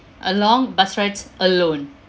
uh long bus rides alone